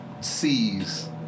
sees